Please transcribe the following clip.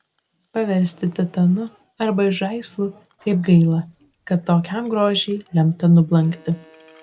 paversti titanu arba žaislu kaip gaila kad tokiam grožiui lemta nublankti